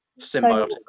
symbiotic